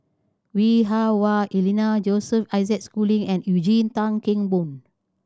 Lui Hah Wah Elena Joseph Isaac Schooling and Eugene Tan Kheng Boon